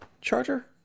charger